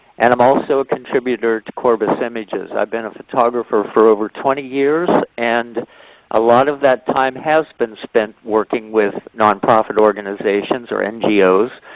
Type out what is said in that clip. and i'm also a contributor to corbis images. i've been a photographer for over twenty years, and a lot of that time has been spent working with nonprofit organizations or ngos